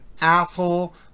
asshole